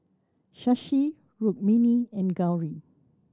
Shashi Rukmini and Gauri